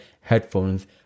headphones